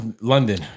London